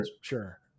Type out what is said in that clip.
sure